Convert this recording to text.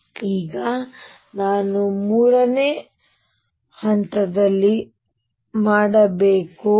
ಹಾಗಾದರೆ ಈಗ ನಾನು 3 ನೇ ಹಂತವನ್ನು ಏನು ಮಾಡಬೇಕು